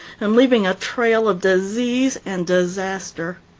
and leaving a trail of disease and disaster.